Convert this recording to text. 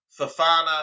Fafana